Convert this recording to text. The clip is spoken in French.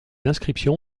inscriptions